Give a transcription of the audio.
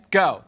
go